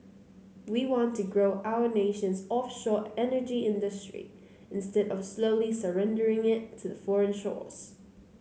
we want to grow our nation's offshore energy industry instead of slowly surrendering it to foreign shores